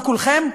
לא כולכם,